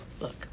Look